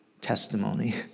testimony